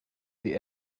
the